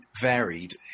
varied